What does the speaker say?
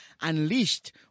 Unleashed